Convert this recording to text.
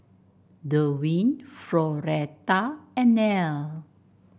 Derwin Floretta and Nelle